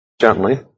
gently